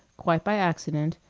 quite by accident,